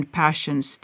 passions